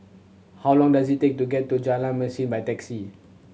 how long does it take to get to Jalan Mesin by taxi